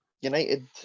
United